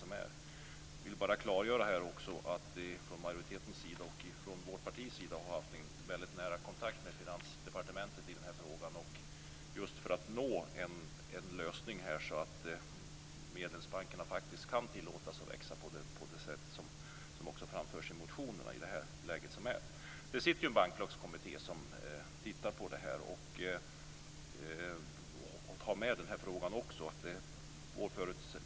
Jag vill bara klargöra att vi från majoritetens sida och från vårt partis sida har haft väldigt nära kontakt med Finansdepartementet i denna fråga just för att nå en lösning, så att medlemsbankerna kan tillåtas att växa på det sätt som också framförs i motionerna. Det finns en banklagskommitté som tittar på detta. Man har med denna fråga också.